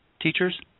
teachers